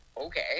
okay